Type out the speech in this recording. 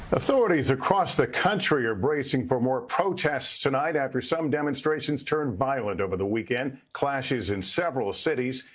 authorities across the country are bracing for more protests tonight after some demonstrations turned violent over the weekend. clashes in several cities.